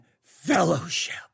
fellowship